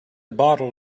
bottle